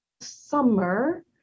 summer